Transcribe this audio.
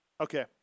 okay